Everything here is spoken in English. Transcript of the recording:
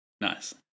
Nice